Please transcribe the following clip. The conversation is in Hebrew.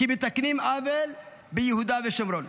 כי מתקנים עוול ביהודה ושומרון.